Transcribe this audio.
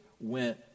went